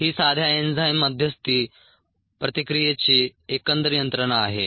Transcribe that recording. ही साध्या एन्झाईम मध्यस्थी प्रतिक्रियेची एकंदर यंत्रणा आहे